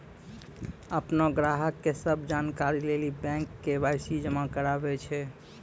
अपनो ग्राहको के सभ जानकारी लेली बैंक के.वाई.सी जमा कराबै छै